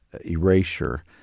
erasure